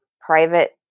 private